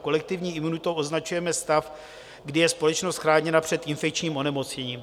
Kolektivní imunitou označujeme stav, kdy je společnost chráněna před infekčním onemocněním.